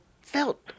felt